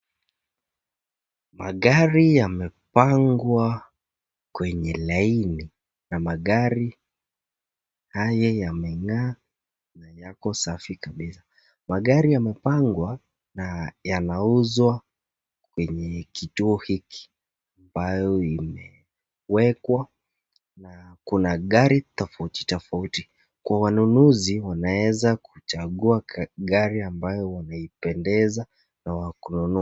Magari yamepangwa kwenye laini na magari haya yameng'aa yako safi kabisa. Magari yamepangwa na yanauzwa kwenye kituo hiki ambayo imewekwa. Kuna gari tofauti tofauti, kwa wanunuzi unaweza kuchagua gari ambayo unaipendeza na kuinunua.